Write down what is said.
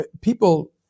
people